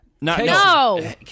No